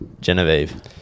Genevieve